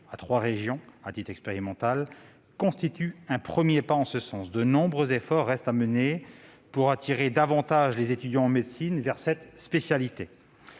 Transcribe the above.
des médecins du travail constitue un premier pas en ce sens. De nombreux efforts restent à mener pour attirer davantage les étudiants en médecine vers cette spécialité.